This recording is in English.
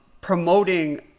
promoting